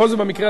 יש הבעת